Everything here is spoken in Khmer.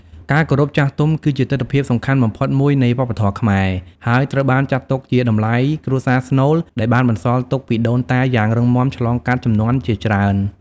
ការគោរពចាស់ទុំ គឺជាទិដ្ឋភាពសំខាន់បំផុតមួយនៃវប្បធម៌ខ្មែរ ហើយត្រូវបានចាត់ទុកជាតម្លៃគ្រួសារស្នូលដែលបានបន្សល់ទុកពីដូនតាយ៉ាងរឹងមាំឆ្លងកាត់ជំនាន់ជាច្រើន។